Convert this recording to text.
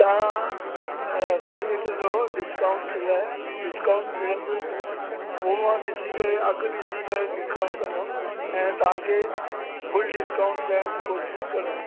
तव्हां बेफ़िकिर रहो डिस्काऊंट जे लाइ डिस्काऊंट मिलंदो उहो मां ॾिसी करे अघु ॾिसी करे डिस्काऊंट कंदुमि ऐं तव्हां खे फुल डिस्काऊंट ॾियण जी कोशिशि कंदुमि